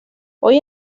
hoy